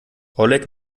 oleg